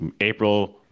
April